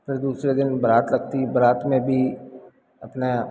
फिर दूसरे दिन बारात लगती है बारात में भी अपना